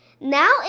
Now